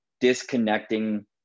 disconnecting